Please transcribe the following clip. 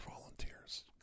volunteers